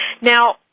Now